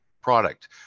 product